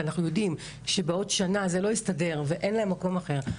ואנחנו יודעים שבעוד שנה זה לא יסתדר ואין להן מקום אחר,